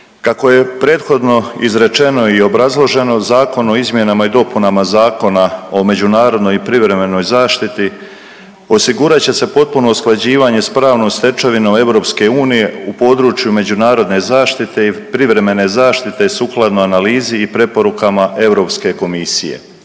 Kako je prethodno izrečeno i obrazloženo Zakon o izmjenama i dopunama Zakona o međunarodnoj i privremenoj zaštiti osigurat će se potpuno usklađivanje s pravnom stečevinom EU u području međunarodne zaštite i privremene zaštite sukladno analizi i preporukama